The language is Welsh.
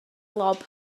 lob